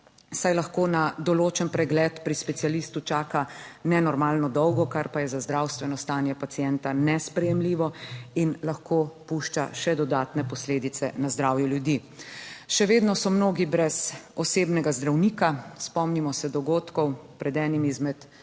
saj lahko na določen pregled pri specialistu čaka nenormalno dolgo, kar pa je za zdravstveno stanje pacienta nesprejemljivo in lahko pušča še dodatne posledice na zdravje ljudi. Še vedno so mnogi brez osebnega zdravnika. Spomnimo se dogodkov pred enim izmed ljubljanskih